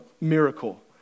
miracle